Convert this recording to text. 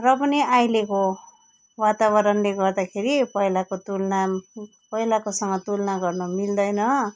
र पनि अहिलेको वातावरणले गर्दाखेरि पहिलाको तुलना पहिलाकोसँग तुलना गर्न मिल्दैन